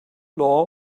law